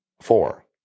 four